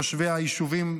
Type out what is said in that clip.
תושבי היישובים,